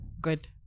Good